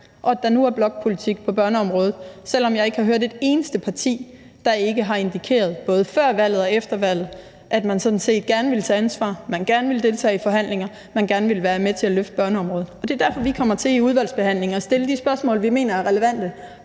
og at der nu er blokpolitik på børneområdet, selv om jeg ikke har hørt et eneste parti, der ikke har indikeret både før valget og efter valget, at man sådan set gerne vil tage ansvar, at man gerne vil deltage i forhandlinger, og at man gerne vil være med til at løfte børneområdet. Det er derfor, vi i udvalgsbehandlingen kommer til at stille de spørgsmål, vi mener er relevante,